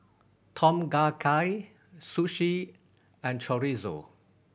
Tom Kha Gai Sushi and Chorizo